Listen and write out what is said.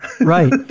Right